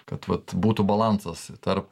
kad vat būtų balansas tarp